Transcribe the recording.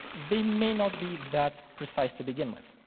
they may not be that precise to begin with.